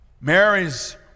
Mary's